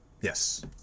yes